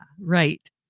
right